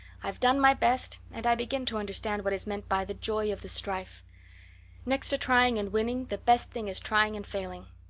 i've done my best and i begin to understand what is meant by the joy of the strife next trying and winning, the best thing is trying and failing.